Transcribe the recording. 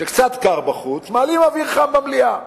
כשקצת קר בחוץ, מעלים אוויר חם במליאה.